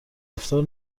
رفتار